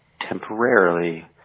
temporarily